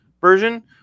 version